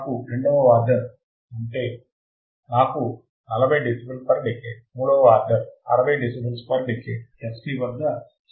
నాకు 2 వ రెండవ ఆర్డర్ ఉంటే నాకు 40 డెసిబెల్స్ పర్ డేకేడ్ మూడవ order 60 decibels per decade fc వద్ద 0